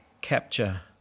capture